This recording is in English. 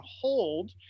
hold